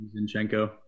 Zinchenko